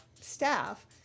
staff